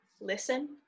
listen